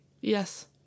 Yes